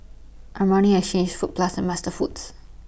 Armani Exchange Fruit Plus and MasterFoods